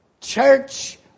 church